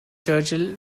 churchill